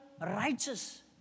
righteous